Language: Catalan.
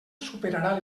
superarà